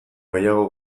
gehiago